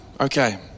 Okay